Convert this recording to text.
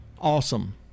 Awesome